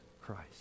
Christ